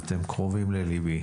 ואתם קרובים לליבי,